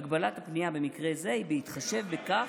הגבלת הפנייה במקרה זה היא בהתחשב בכך,